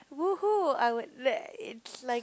!woohoo! I would let it's like